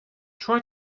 try